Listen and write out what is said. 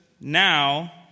now